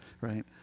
right